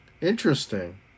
Interesting